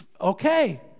okay